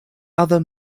other